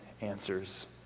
answers